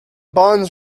bonds